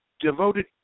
devoted